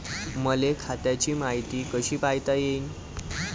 मले खात्याची मायती कशी पायता येईन?